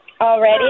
already